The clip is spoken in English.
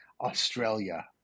australia